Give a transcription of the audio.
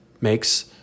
makes